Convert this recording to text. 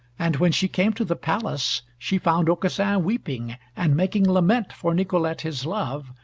and when she came to the palace she found aucassin weeping, and making lament for nicolete his love,